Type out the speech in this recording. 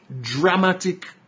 dramatic